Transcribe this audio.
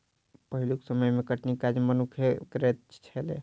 पहिलुक समय मे कटनीक काज मनुक्खे करैत छलै